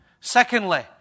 Secondly